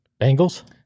Bengals